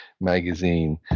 magazine